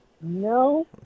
No